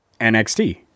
NXT